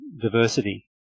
diversity